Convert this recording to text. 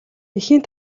эхийн